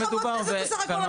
אני חברת הכנסת בסך הכול,